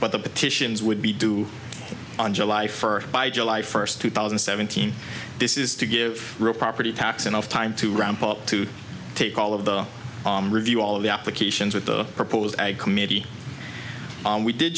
but the petitions would be due on july first by july first two thousand and seventeen this is to give real property tax enough time to ramp up to take all of the review all of the applications with the proposed ag committee and we did